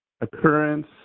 occurrence